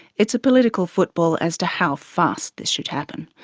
it's a political football as to how fast this should happen.